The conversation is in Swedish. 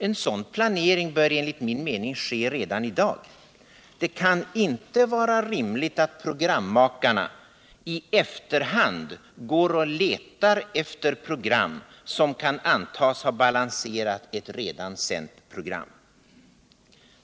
En sådan planering bör ske redan i dag. Det kan inte vara rimligt att programmakarna i efterhand går och letar efter program som kan ha balanserat ett redan sänt program.